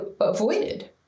avoided